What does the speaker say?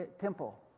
temple